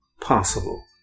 possible